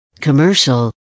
commercial